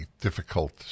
difficult